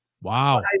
Wow